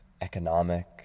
economic